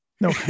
no